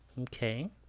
Okay